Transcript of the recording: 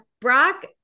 Brock